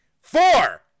Four